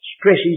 stresses